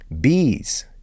Bees